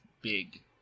big